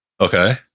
Okay